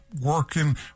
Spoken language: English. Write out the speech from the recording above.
working